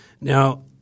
Now